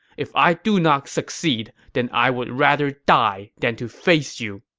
if i do not succeed, then i would rather die than to face you!